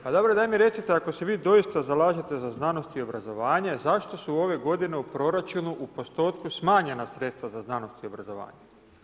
Pa dobro, daj mi recite, ako se vi doista zalažete za znanosti i obrazovanje, zašto su ove g. u proračunu u postotku smanjena sredstva za znanost i obrazovanje?